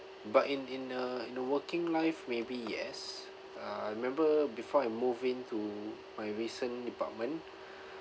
but in in uh in the working life maybe yes uh remember before I move in to my recent department